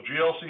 GLC